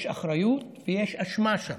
יש אחריות ויש אשמה שם,